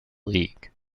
league